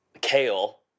kale